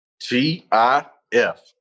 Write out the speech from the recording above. T-I-F